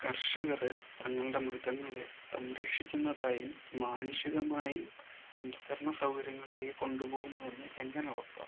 കർഷകര് തങ്ങളുടെ മൃഗങ്ങളെ സംരക്ഷിക്കുന്നതായും മാനുഷികമായും സംസ്കരണ സൗകര്യങ്ങളിലേക്ക് കൊണ്ട് പോകുന്നുവെന്ന് എങ്ങനെ ഉറപ്പാക്കും